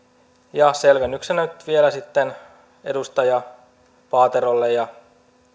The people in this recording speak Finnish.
ja selvennyksenä nyt vielä sitten edustaja paaterolle ja